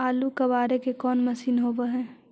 आलू कबाड़े के कोन मशिन होब है?